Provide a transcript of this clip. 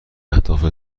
اهداف